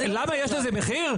למה יש לזה מחיר?